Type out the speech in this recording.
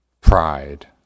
pride